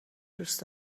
دوست